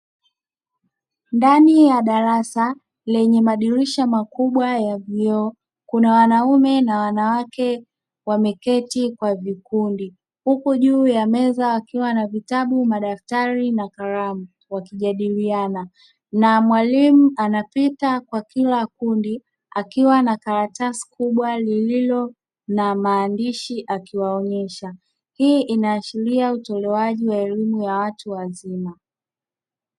Ndani ya darasa lenye madirisha makubwa ya vio kuna wanaume na wanawake wameketi kwa vikundi, huku juu ya meza wakiwa na vitabu ,madaftari na karamu wakijadiliana na mwalimu anapita kwa kila kundi akiwa na karatasi kubwa lililo na maandishi akiwaonyesha, hii inaashiria utolewaji wa elimu ya watu wazima.